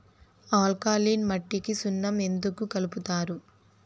alkaline మట్టికి సున్నం ఎందుకు కలుపుతారు